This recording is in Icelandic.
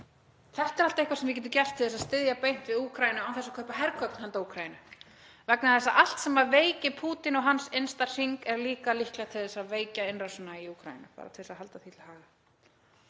Þetta er allt eitthvað sem við getum gert til þess að styðja beint við Úkraínu án þess að kaupa hergögn handa Úkraínu vegna þess að allt sem veikir Pútín og hans innsta hring er líklegt til að veikja innrásina í Úkraínu, bara til að halda því til haga.